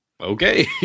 okay